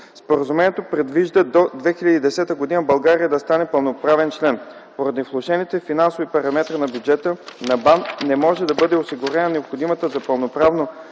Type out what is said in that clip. Споразумението предвижда за 2010 г. България да стане пълноправен член. Поради влошените финансови параметри на бюджета на БАН не може да бъде осигурена необходимата за пълноправно